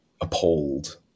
appalled